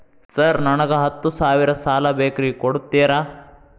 Sir ನನಗ ಹತ್ತು ಸಾವಿರ ಸಾಲ ಬೇಕ್ರಿ ಕೊಡುತ್ತೇರಾ?